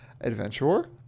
Adventurer